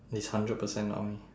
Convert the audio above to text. it's hundred percent not me